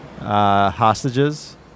hostages